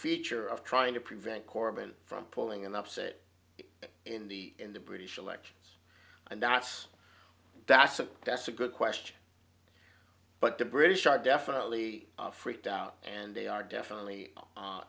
feature of trying to prevent corben from pulling an upset in the in the british elections and that's that's a that's a good question but the british are definitely freaked out and they are definitely